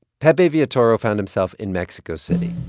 pepe villatoro found himself in mexico city.